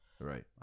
right